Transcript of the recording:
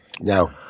No